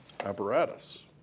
Apparatus